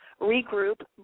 Regroup